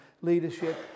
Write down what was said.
leadership